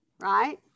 right